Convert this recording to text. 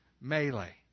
melee